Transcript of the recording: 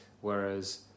Whereas